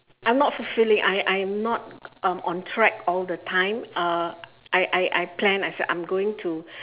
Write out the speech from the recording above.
I'm not fulfilling I I'm not um on track all the time uh I I I plan as I'm going to